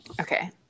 Okay